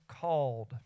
called